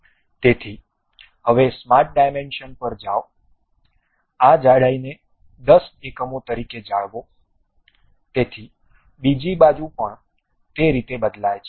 તેથી હવે smart dimension પર જાઓ આ જાડાઈને 10 એકમો તરીકે જાળવો તેથી બીજી બાજુ પણ તે રીતે બદલાય છે